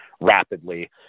rapidly